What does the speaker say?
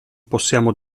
possiamo